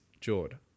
Jord